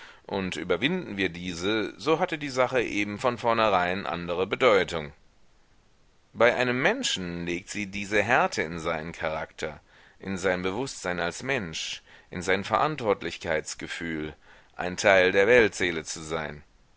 und überwinden wir diese so hatte die sache eben von vorneherein andere bedeutung bei einem menschen legt sie diese härte in seinen charakter in sein bewußtsein als mensch in sein verantwortlichkeitsgefühl ein teil der weltseele zu sein